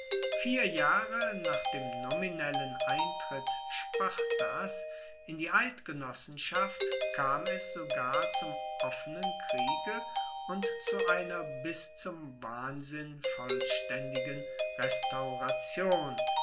vier jahre nach dem nominellen eintritt spartas in die eidgenossenschaft kam es sogar zum offenen kriege und zu einer bis zum wahnsinn vollstaendigen restauration